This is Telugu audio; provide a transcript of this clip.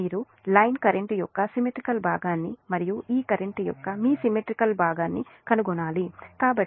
మీరు లైన్ కరెంట్ యొక్క సిమెట్రీ కాల్ భాగాన్ని మరియు ఈ కరెంట్ యొక్క మీసిమెట్రీకల్ భాగాన్ని కనుగొనాలి